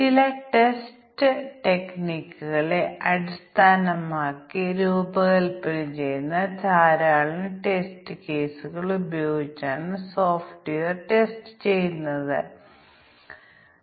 കൂടാതെ യുക്തിപരമായ ആവിഷ്കാരത്തിൽ ഒരു കുഴപ്പമുണ്ടാകാൻ സാധ്യതയുള്ളതിനേക്കാൾ കുറവുള്ളതിനേക്കാൾ കുറവുള്ള ഒരു തെറ്റ് ഉണ്ടാകാൻ സാധ്യതയുണ്ട്